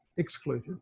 Excluded